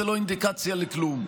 זו לא אינדיקציה לכלום.